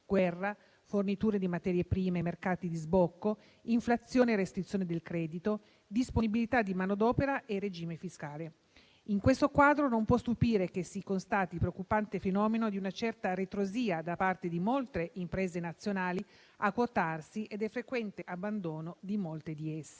guerra, forniture di materie prime e mercati di sbocco, inflazione e restrizione del credito, disponibilità di manodopera e regime fiscale. In questo quadro, non può stupire che si constatino il preoccupante fenomeno di una certa ritrosia da parte di molte imprese nazionali a quotarsi e il frequente abbandono di molte di esse.